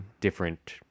different